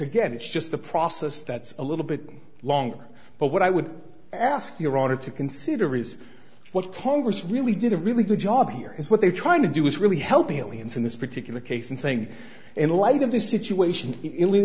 again it's just the process that's a little bit longer but what i would ask your honor to consider is what congress really did a really good job here is what they're trying to do is really helping aliens in this particular case and saying in light of the situation